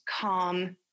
calm